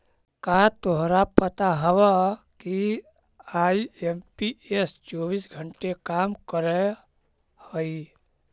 का तोरा पता हवअ कि आई.एम.पी.एस चौबीस घंटे काम करअ हई?